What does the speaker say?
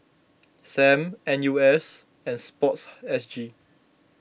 Sam N U S and Sports S G